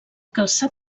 calçat